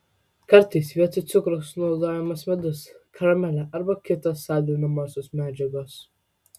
kartais vietoj cukraus naudojamas medus karamelė arba kitos saldinamosios medžiagos